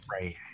right